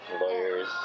Lawyers